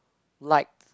liked